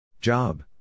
Job